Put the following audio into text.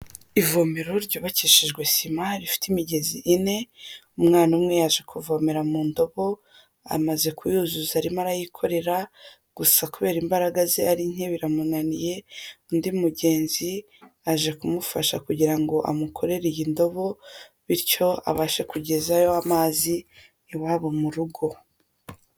Ivomero ryubakishijwe sima rifite imigezi ine, umwana umwe yaje kuvomera mu ndobo, amaze kuyuzuza arimo arayikorera, gusa kubera imbaraga ze ari nke biramunaniye, undi mugenzi aje kumufasha kugira ngo amukorere iyi ndobo, bityo abashe kugezayo amazi iwabo mu rugo.